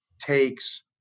takes